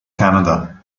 canada